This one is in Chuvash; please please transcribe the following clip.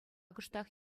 кӑштах